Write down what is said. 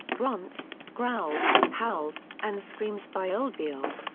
grunts, growls, howls, and screams by oldfield.